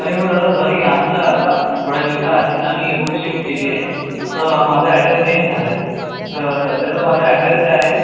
अरे हो दादा सॉरी आमचं आता थोड्या दिवसाआधीच आम्ही रूम शिफ्ट केली आहे तर माझा ऍड्रेस चेंज झाला आहे तर सध्याचा माझा ऍड्रेस आहे